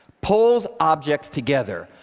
pulls objects together.